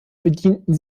bedienten